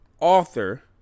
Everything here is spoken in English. Author